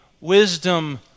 wisdom